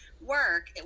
work